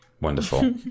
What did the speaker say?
Wonderful